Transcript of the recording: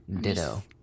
ditto